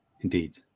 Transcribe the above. indeed